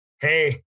Hey